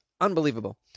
unbelievable